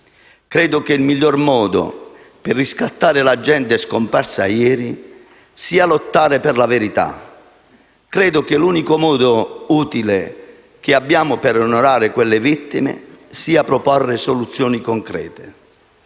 Credo che il miglior modo per riscattare la gente scomparsa ieri sia lottare per la verità. Credo che l'unico modo utile che abbiamo per onorare quelle vittime sia proporre soluzioni concrete.